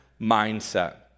mindset